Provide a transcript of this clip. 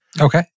Okay